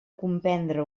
comprendre